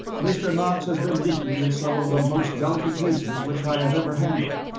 mr. knox has been with me in some of the most delicate cases which i have ever handled,